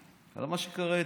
על מה שקרה אתמול.